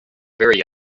very